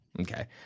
Okay